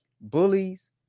Bullies